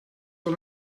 wel